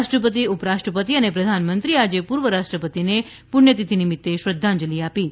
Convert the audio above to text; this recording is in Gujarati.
રાષ્ટ્રપતિ ઉપરાષ્ટ્રપતિ અને પ્રધાનમંત્રીએ એ આજે પૂર્વ રાષ્ટ્રપતિને પુષ્યતિથિ નિમિત્તે શ્રદ્ધાંજલિ આપી છે